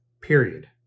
period